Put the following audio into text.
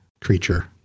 creature